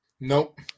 Nope